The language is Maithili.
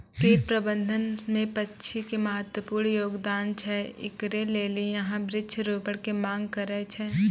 कीट प्रबंधन मे पक्षी के महत्वपूर्ण योगदान छैय, इकरे लेली यहाँ वृक्ष रोपण के मांग करेय छैय?